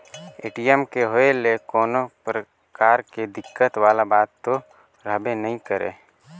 ATM के होए ले कोनो परकार के दिक्कत वाला बात तो रहबे नइ करे